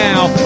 Now